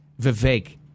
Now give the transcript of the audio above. Vivek